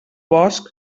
bosc